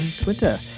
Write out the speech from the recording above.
Twitter